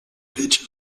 pitch